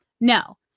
No